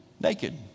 naked